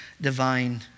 divine